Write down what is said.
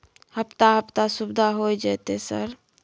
हफ्ता हफ्ता सुविधा होय जयते सर?